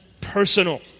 personal